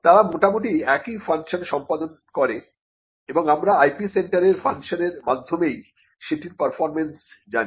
তারা মোটামুটি একই ফাংশন সম্পাদন করে এবং আমরা IP সেন্টারের ফাংশনের মাধ্যমেই সেটির পারফরম্যান্স জানি